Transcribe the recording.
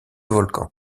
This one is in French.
volcans